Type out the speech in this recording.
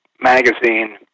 magazine